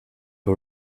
who